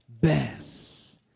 Best